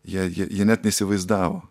jie jie jie net neįsivaizdavo